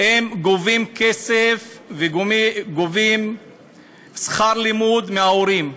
גובים כסף וגובים שכר לימוד מההורים.